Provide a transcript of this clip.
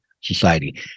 society